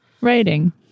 writing